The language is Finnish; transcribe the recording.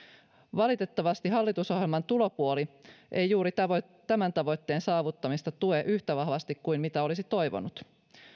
valitettavasti hallitusohjelman tulopuoli ei juuri tämän tavoitteen saavuttamista tue yhtä vahvasti kuin olisi toivonut